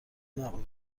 نبود